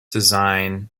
design